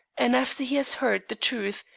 and after he has heard the truth,